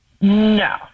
No